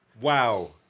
Wow